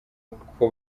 uko